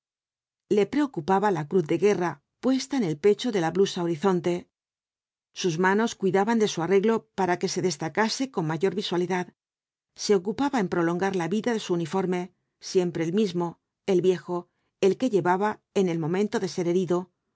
le preocupaba la cruz de guerra puesta en el pecho de la blusa horizonte sus manos cuidaban de su arreglo para que se destacase con mayor visualidad se ocupaba en prolongar la vida de su uniforme siempre el mismo el viejo el que llevaba en el momento de ser herido uno